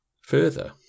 Further